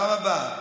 בפעם הבאה.